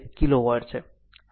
તો આ r જવાબ છે